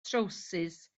trowsus